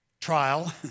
trial